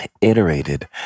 iterated